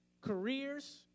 careers